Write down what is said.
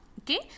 Okay